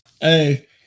Hey